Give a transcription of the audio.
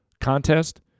contest